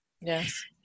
Yes